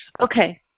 Okay